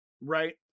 right